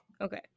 Okay